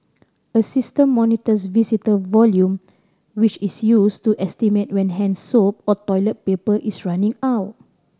a system monitors visitor volume which is used to estimate when hand soap or toilet paper is running out